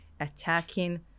attacking